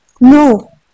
no